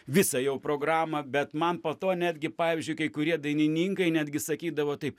visą jau programą bet man po to netgi pavyzdžiui kai kurie dainininkai netgi sakydavo taip